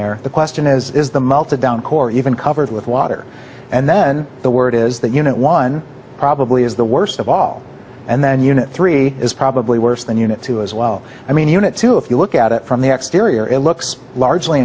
there the question is is the multi down core even covered with water and then the word is that you know one probably is the worst of all and then you know three is probably worse than unit two as well i mean unit two if you look at it from the exterior it looks largely